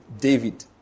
David